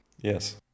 Yes